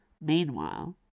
Meanwhile